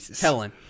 Helen